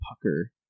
pucker